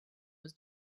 was